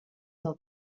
del